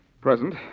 Present